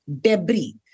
debris